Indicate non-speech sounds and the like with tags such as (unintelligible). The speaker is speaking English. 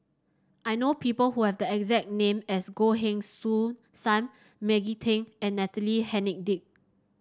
I know people who have the exact name as Goh Heng (unintelligible) Soon Sam Maggie Teng and Natalie Hennedige